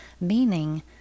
meaning